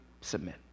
submit